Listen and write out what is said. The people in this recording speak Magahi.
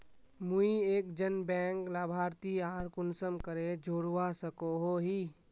मुई एक जन बैंक लाभारती आर कुंसम करे जोड़वा सकोहो ही?